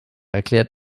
erklärt